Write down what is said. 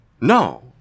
No